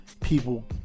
people